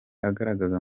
agaragara